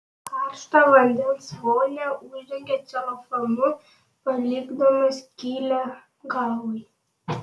karštą vandens vonią uždengia celofanu palikdami skylę galvai